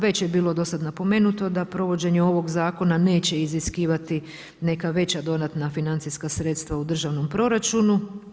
Već je bilo do sada napomenuto da provođenje ovog zakona neće iziskivati neka veća dodatna financijska sredstva u državnom proračunu.